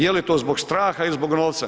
Je li to zbog straha il zbog novca?